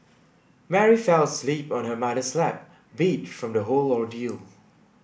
Mary fell asleep on her mother's lap beat from the whole ordeal